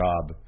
job